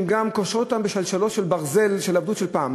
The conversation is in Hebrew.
קושרים אותן בשלשלאות ברזל של עבדות של פעם.